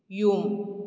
ꯌꯨꯝ